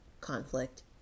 conflict